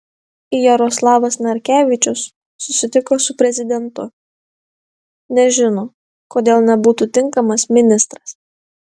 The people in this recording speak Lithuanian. jaroslavas narkevičius susitiko su prezidentu nežino kodėl nebūtų tinkamas ministras